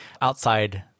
outside